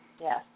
Yes